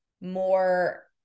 more